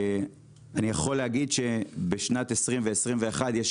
אני יכול להגיד שבשנת 2020 ו-2021 יש